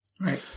Right